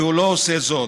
והוא לא עושה זאת.